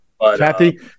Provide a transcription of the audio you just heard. Kathy